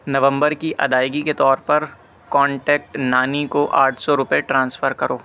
نومبر کی ادائیگی کے طور پر کانٹیکٹ نانی کو آٹھ سو روپئے ٹرانسفر کرو